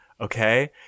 okay